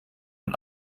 und